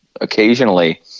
occasionally